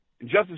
justice